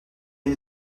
une